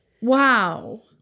Wow